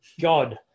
god